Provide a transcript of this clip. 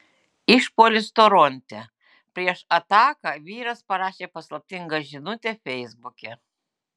išpuolis toronte prieš ataką vyras parašė paslaptingą žinutę feisbuke